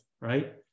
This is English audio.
right